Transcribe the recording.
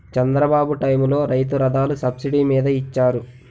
చంద్రబాబు టైములో రైతు రథాలు సబ్సిడీ మీద ఇచ్చారు